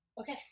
Okay